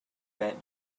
bet